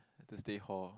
to stay hall